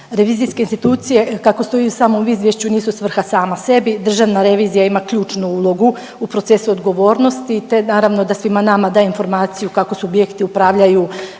Revizijske institucije kako stoji u samom izvješću nisu svrha sama sebi, Državna revizija ima ključnu ulogu u procesu odgovornosti te naravno da svima nama daje informaciju kako subjekti upravljaju